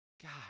God